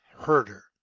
Herder